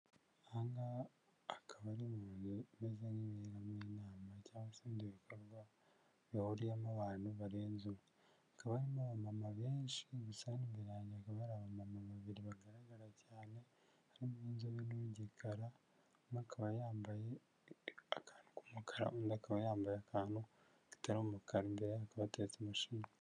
ahangaha hakaba hari mumezezanteramoinama cyangwa ibindi bikorwa bihuriyemo abantu barenze ubu hakabamo mama benshisaranmiran ntiba abama babiri bagaragara cyane harimo'inzobe'igikara akaba yambaye akantu k'umukara undi akaba yambaye akantu gatera umukara imbere ya katete mashinmi